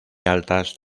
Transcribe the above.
altas